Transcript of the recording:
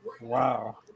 Wow